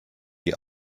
die